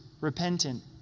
repentant